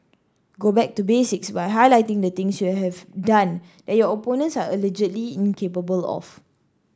go back to basics by highlighting the things you have done that your opponents are allegedly incapable of